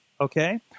okay